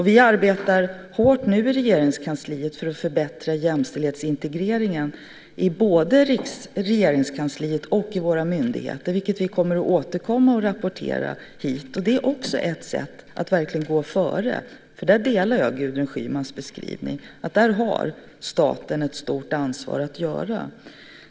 Vi arbetar nu hårt i Regeringskansliet för att förbättra jämställdhetsintegreringen i både Regeringskansliet och i våra myndigheter, vilket vi kommer att återkomma och rapportera om här. Det är också ett sätt att gå före. Där delar jag Gudrun Schymans beskrivning. Där har staten ett stort ansvar att agera.